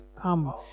come